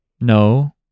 No